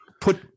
Put